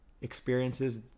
experiences